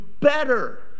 better